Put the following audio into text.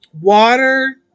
water